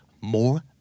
more